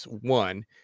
One